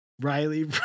Riley